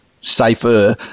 safer